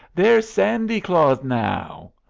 there's sandy claus now!